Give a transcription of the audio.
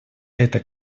это